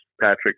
Patrick